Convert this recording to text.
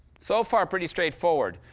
so far, pretty straightforward.